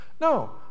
No